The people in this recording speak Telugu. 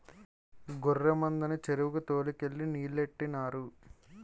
గొర్రె మందని చెరువుకి తోలు కెళ్ళి నీలెట్టినారు